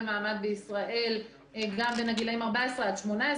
מעמד בישראל גם בין הגילאים 14 עד 18,